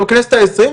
וגם בכנסת ה-20,